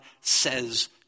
says